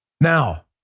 Now